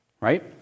right